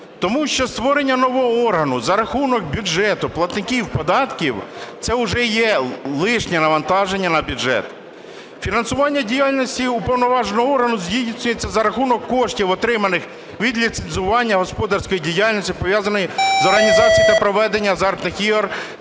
Тому що створення нового органу за рахунок бюджету платників податків – це вже є лишнє навантаження на бюджет. "Фінансування діяльності уповноваженого органу здійснюється за рахунок коштів, отриманих від ліцензування господарської діяльності, пов'язаної з організацією та проведенням азартних ігор